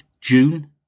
June